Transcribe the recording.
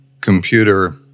computer